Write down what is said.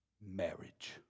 marriage